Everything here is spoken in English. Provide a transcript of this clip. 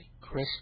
Chris